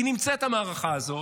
היא נמצאת המערכה הזאת,